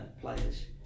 players